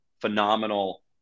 phenomenal